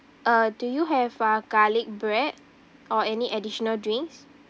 uh do you have uh garlic bread or any additional drinks